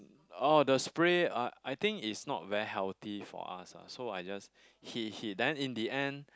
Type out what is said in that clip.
oh the spray I I think is not very healthy for us ah so I just he he then in the end